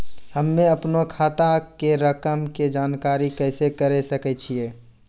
हम्मे अपनो खाता के रकम के जानकारी कैसे करे सकय छियै?